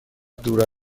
دور